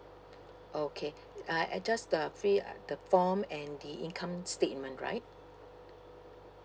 okay uh and just the free uh the form and the income statement right